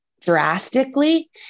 drastically